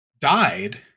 died